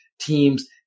teams